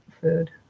food